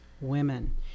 women